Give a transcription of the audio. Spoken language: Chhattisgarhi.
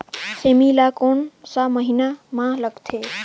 सेमी ला कोन सा महीन मां लगथे?